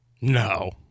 No